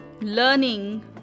learning